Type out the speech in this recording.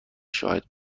شاهد